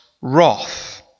wrath